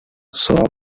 soar